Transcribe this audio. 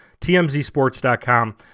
TMZSports.com